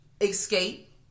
escape